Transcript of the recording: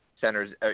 centers